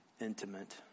intimate